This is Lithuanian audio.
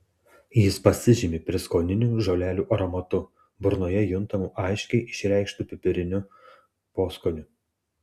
jis pasižymi prieskoninių žolelių aromatu burnoje juntamu aiškiai išreikštu pipiriniu poskoniu